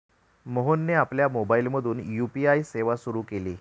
मोहनने आपल्या मोबाइलमधून यू.पी.आय सेवा सुरू केली